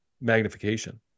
magnification